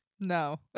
No